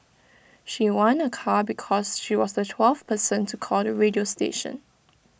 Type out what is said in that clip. she won A car because she was the twelfth person to call the radio station